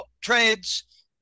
trades